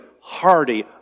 hearty